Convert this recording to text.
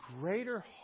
greater